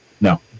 No